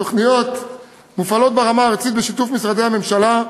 התוכניות מופעלות ברמה הארצית בשיתוף משרדי הממשלה.